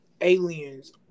aliens